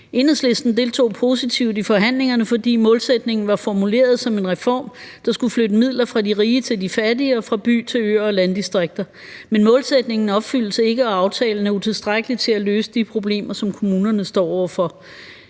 Enhedslisten deltog positivt i forhandlingerne, fordi målsætningen var formuleret som en reform, der skulle flytte midler fra de rige til de fattige og fra byer til øer og landdistrikter. Men målsætningen opfyldes ikke, og aftalen er utilstrækkelig til at løse de problemer, som kommunerne står over for.